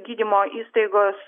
gydymo įstaigos